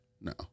No